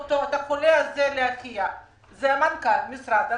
את החולה הזה להחייאה זה מנכ"ל משרד הבריאות,